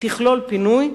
תכלול פינוי,